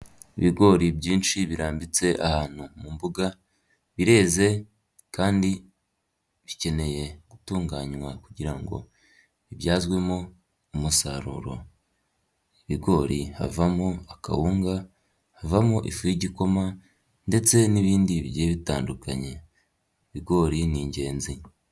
Ibigori byinshi birambitse ahantu mu mbuga bireze kandi bikeneye gutunganywa kugira ngo bibyazwemo umusaruro, ibigori havamo akawunga, havamo ifu y'igikoma ndetse n'ibindi bigiye bitandukanye, ibigori ni ingenzi.